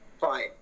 Fine